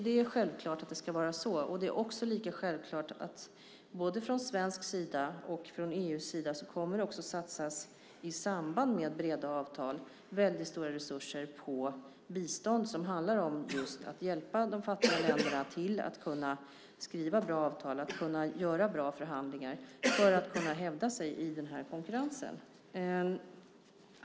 Det är självklart att det ska vara så. Det är lika självklart att man både från svensk sida och från EU:s sida i samband med breda avtal kommer att satsa väldigt stora resurser på bistånd. Det handlar just om att hjälpa de fattiga länderna att skriva bra avtal och att göra bra förhandlingar för att kunna hävda sig i konkurrensen.